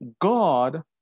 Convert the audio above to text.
God